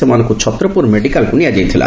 ସେମାନଙ୍କୁ ଛତ୍ରପୁର ମେଡିକାଲକୁ ନିଆ ଯାଇଥିଲା